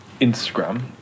Instagram